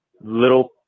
Little